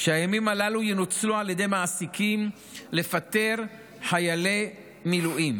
שהימים הללו ינוצלו על ידי מעסיקים לפטר חיילי מילואים.